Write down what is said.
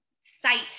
site